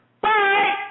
bye